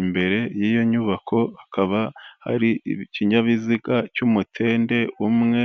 imbere y'iyo nyubako hakaba hari ikinyabiziga cy'umutende umwe.